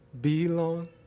belong